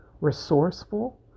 resourceful